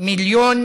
מיליון